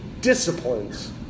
disciplines